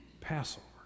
Passover